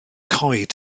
coed